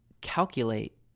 calculate